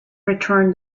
returned